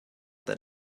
that